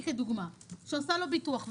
שעושה לו ביטוח,